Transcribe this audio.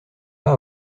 pas